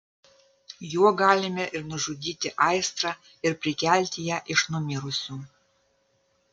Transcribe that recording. juo galime ir nužudyti aistrą ir prikelti ją iš numirusių